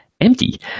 empty